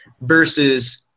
versus